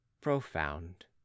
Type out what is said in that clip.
profound